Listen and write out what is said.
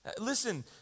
Listen